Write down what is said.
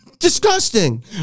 disgusting